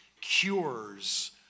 cures